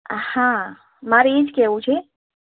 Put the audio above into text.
હા મારે એ જ કહેવું છે